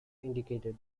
indicated